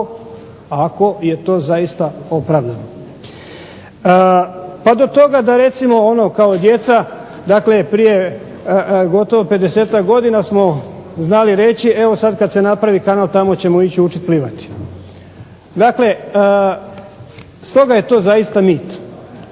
ako je to zaista opravdano. Pa do toga da recimo ono kao djeca, dakle prije gotovo pedesetak godina smo znali reći evo sad kad se napravi kanal tamo ćemo ići učit plivati. Dakle, stoga je to zaista mit.